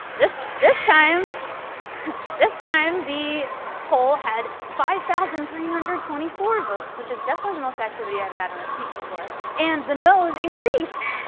this this time this time the poll had five thousand three hundred and twenty four votes, which is definitely the most activity i've had on a tweet before. and the noes increased.